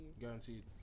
Guaranteed